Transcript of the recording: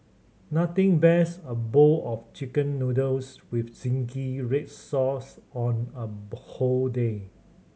nothing best a bowl of Chicken Noodles with zingy red sauce on a whole day